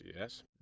yes